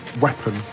weapon